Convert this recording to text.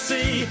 See